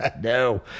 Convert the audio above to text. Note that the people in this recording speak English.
No